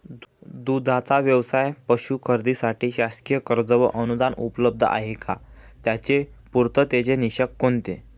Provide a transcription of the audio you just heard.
दूधाचा व्यवसायास पशू खरेदीसाठी शासकीय कर्ज व अनुदान उपलब्ध आहे का? त्याचे पूर्ततेचे निकष कोणते?